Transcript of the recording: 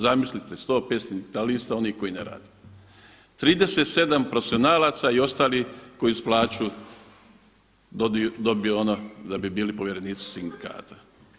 Zamislite 105 sindikalista onih koji ne rade, 37 profesionalaca i ostali koji uz plaću dobiju ono da bi bili povjerenici sindikata.